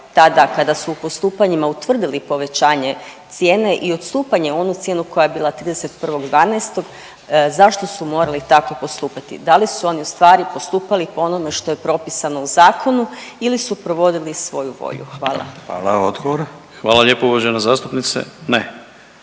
tada kada su u postupanjima utvrdili povećanje cijene i odstupanje i onu cijenu koja je bila 31.12. zašto su morali tako postupati. Da li su oni ustvari postupali po onome što je propisano u zakonu ili su provodili svoju volju? Hvala. **Radin, Furio (Nezavisni)**